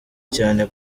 cyane